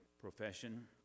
profession